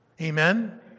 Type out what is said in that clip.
Amen